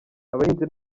abahinzi